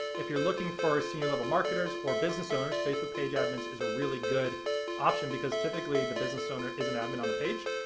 if you're looking for senior level marketers or business owners facebook page admins is a really good option because typically the business owner is an admin on the page,